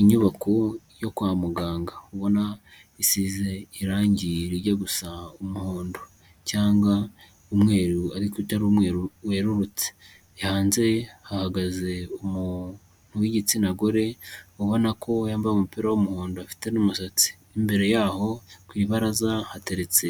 Inyubako yo kwa muganga ubona isize irangi rijya gusa umuhondo, cyangwa umweru ariko utari umweru werurutse, hanze hahagaze umuntu w'igitsina gore, ubona ko yambaye umupira w'umuhondo afite n'umusatsi, imbere yaho ku ibaraza hateretse